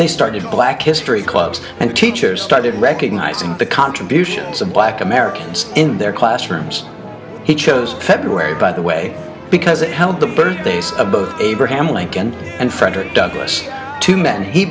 they started black history clubs and teachers started recognizing the contributions of black americans in their classrooms he chose february by the way because they held the birthdays of both abraham lincoln and frederick douglass two men he